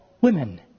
women